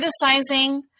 criticizing